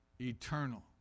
eternal